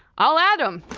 i'll add them.